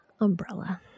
umbrella